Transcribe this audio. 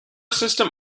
system